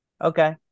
Okay